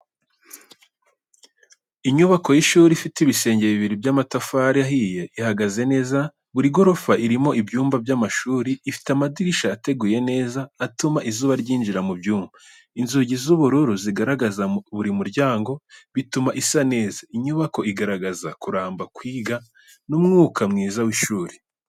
Inyubako y’ishuri ifite ibisenge bibiri by’amatafari ahiye ihagaze neza, buri gorofa irimo ibyumba by'amashuri. Ifite amadirishya ateguye neza atuma izuba ryinjira mu byumba. Inzugi z’ubururu zigaragaza buri muryango, bituma isa neza. Inyubako igaragaza kuramba, kwiga n’umwuka mwiza w’ishuri.